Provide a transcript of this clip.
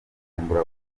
bujumbura